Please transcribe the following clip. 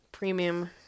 premium